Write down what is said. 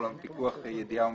או (ג).